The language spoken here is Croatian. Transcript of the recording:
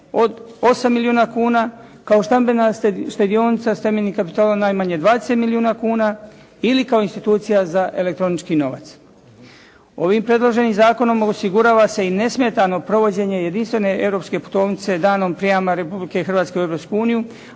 od 8 milijuna kuna, kao stambena štedionica s temeljnim kapitalom najmanje 20 milijuna kuna ili kao institucija za elektronički novac. Ovim predloženim zakonom osigurava se i nesmetano provođenje jedinstvene europske putovnice danom prijama Republike Hrvatske u Europsku uniju,